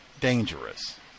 dangerous